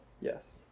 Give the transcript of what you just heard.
Yes